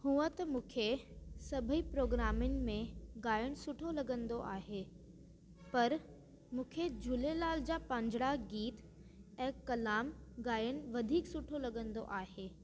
हूंअ त मूंखे सभिनी प्रोग्रामनि में ॻायन सुठो लॻंदो आहे पर मूंखे झूलेलाल जा पंजड़ा गीत ऐं कलाम ॻायन वधीक सुठो लॻंदो आहे